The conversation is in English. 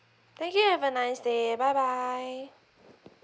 thank you have a nice day bye bye